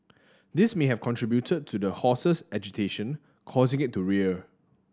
this may have contributed to the horse's agitation causing it to rear